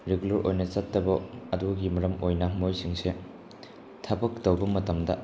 regular ꯑꯣꯏꯅ ꯆꯠꯇꯕ ꯑꯗꯨꯒꯤ ꯃꯔꯝ ꯑꯣꯏꯅ ꯃꯣꯏꯁꯤꯡꯁꯦ ꯊꯕꯛ ꯇꯧꯕ ꯃꯇꯝꯗ